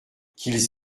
qu’ils